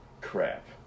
crap